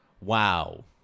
wow